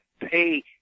pay